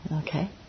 okay